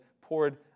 poured